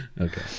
Okay